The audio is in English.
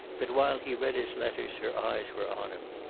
that while he read his letters her eyes were on him.